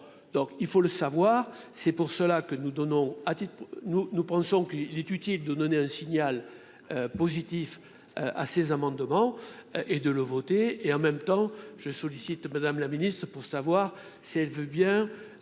donc il faut le savoir, c'est pour cela que nous donnons à titre nous nous pensons qu'il est utile de donner un signal positif à ces amendements et de le voter, et en même temps je sollicite, Madame la Ministre, pour savoir si elle veut bien